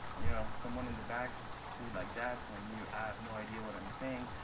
you know someone in the back, just do like that when you have no idea what i'm saying.